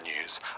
news